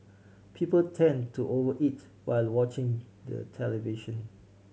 people tend to over eat while watching the television